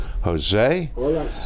Jose